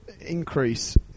increase